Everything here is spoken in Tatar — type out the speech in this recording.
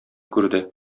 күрде